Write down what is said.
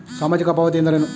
ಸಾಮಾಜಿಕ ಪಾವತಿ ಎಂದರೇನು?